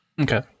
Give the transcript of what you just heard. okay